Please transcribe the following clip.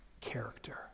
character